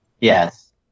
Yes